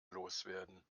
loswerden